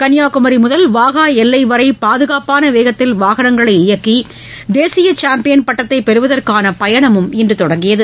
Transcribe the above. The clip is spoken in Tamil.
கன்னியாகுமரி முதல் வாகா எல்லை வரை பாதுகாப்பான வேகத்தில் வாகனங்களை இயக்கி தேசிய சாம்பியன் பட்டத்தை பெறுவதற்கான பயணமும் இன்று தொடங்கியது